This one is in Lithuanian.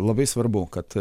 labai svarbu kad